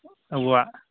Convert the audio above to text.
ᱟᱵᱚᱣᱟᱜ